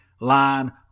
line